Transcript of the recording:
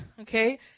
Okay